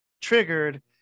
triggered